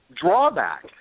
drawback